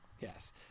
yes